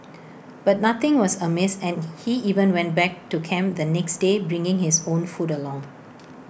but nothing was amiss and he even went back to camp the next day bringing his own food along